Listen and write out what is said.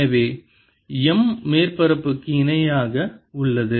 எனவே M மேற்பரப்புக்கு இணையாக உள்ளது